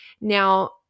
now